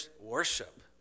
worship